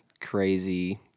crazy